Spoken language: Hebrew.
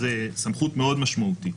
זו סמכות מאוד משמעותית.